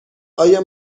آیا